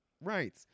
right